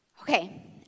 Okay